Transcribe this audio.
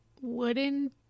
wooden